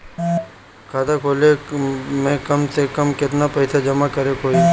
खाता खोले में कम से कम केतना पइसा जमा करे के होई?